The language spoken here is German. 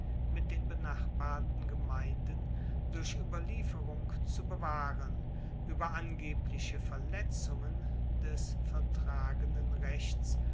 mit den benachbarten gemeinden durch ueberlieferung zu bewahren ueber angebliche verletzungen des vertragenen rechts